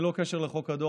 ללא קשר לחוק הדואר,